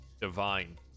divine